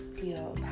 feel